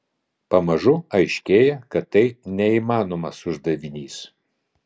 pamažu aiškėjo kad tai neįmanomas uždavinys